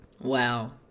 Wow